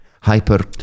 hyper